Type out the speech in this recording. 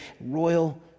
royal